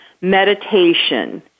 meditation